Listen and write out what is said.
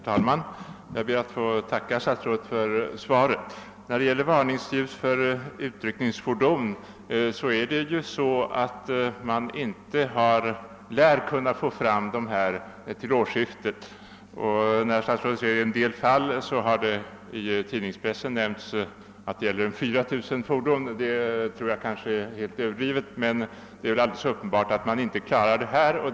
Herr talman! Jag ber att få tacka statsrådet för svaret. Man lär inte kunna få fram varningsljusen för utryckningsfordon till årsskiftet. Statsrådet talar om »en del fall», men i tidningspressen har det nämnts att det gäller 4 000 fordon. Kanske är den siffran helt överdriven, men uppenbart är att monteringen inte hinns med.